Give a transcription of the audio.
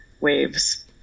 waves